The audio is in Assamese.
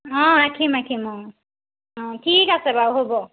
অঁ ৰাখিম ৰাখিম অঁ অঁ ঠিক আছে বাৰু হ'ব